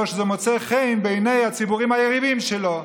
שמוצא חן בעיני הציבורים היריבים שלו.